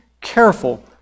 careful